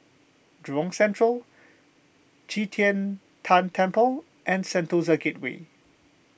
Jurong Central Qi Tian Tan Temple and Sentosa Gateway